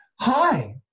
hi